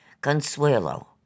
Consuelo